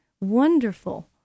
wonderful